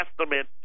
estimate